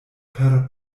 per